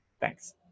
thanks